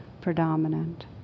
predominant